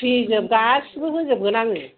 फ्रिजोब गासिबो होजोबगोन आङो